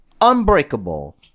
unbreakable